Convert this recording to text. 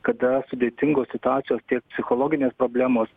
kada sudėtingos situacijos tiek psichologinės problemos